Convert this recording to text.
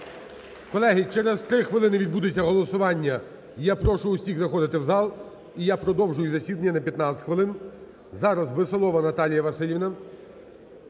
Колеги, через 3 хвилини відбудеться голосування. Я прошу всіх заходити в зал. І я продовжую засідання на 15 хвилин. Зараз Веселова Наталія Василівна.